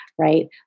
right